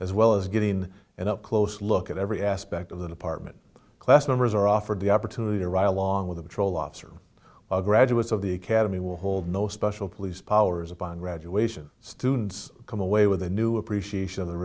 as well as getting an up close look at every aspect of the department class members are offered the opportunity to ride along with a patrol officer all graduates of the academy will hold no special police powers upon graduation students come away with a new appreciation